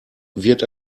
wird